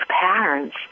patterns